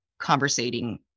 conversating